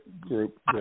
group